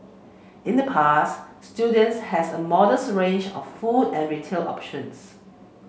in the past students has a modest range of food and retail options